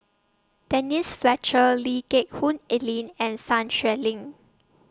Denise Fletcher Lee Geck Hoon Ellen and Sun Xueling